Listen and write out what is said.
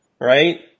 right